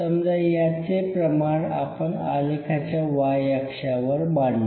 समजा याचे प्रमाण आपण आलेखाच्या "Y" अक्षावर मांडू